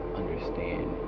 understand